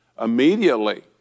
immediately